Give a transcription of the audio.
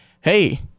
Hey